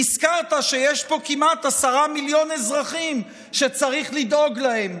נזכרת שיש פה כמעט 10 מיליון אזרחים שצריך לדאוג להם.